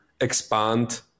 expand